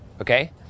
okay